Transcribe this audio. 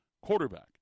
quarterback